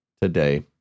Today